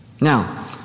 Now